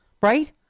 Right